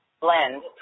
blend